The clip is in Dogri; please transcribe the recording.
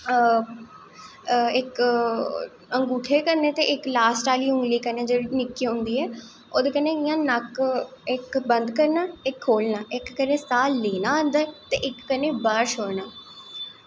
इक अंगूठे कन्नैं ते इक उंगली कन्नैं जेह्की लास्ट आह्ली होंदी ऐ ओह्दे कन्नैं इक नक इयां बंद करनां ते खोह्लनां इक कन्नैं स्हा लैनां अन्दर ते इक कन्नैं बाह्र शोड़नां